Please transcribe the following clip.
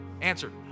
Answer